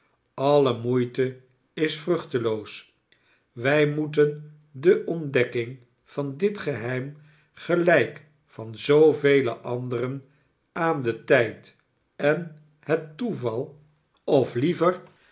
alle moeite is vruchteloos wij moeten de ontdekking van dit geheim gelijk van zoovele anderen aan den tijd en het toeval of liever